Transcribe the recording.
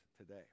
today